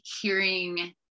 hearing